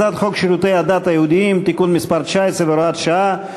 הצעת חוק שירותי הדת היהודיים (תיקון מס' 19 והוראת שעה),